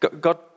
God